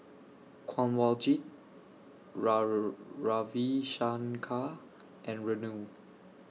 Kanwaljit Ravi Shankar and Renu